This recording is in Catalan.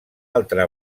altra